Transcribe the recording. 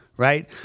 Right